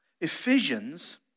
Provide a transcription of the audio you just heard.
Ephesians